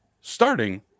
starting